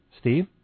Steve